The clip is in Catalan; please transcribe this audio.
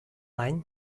any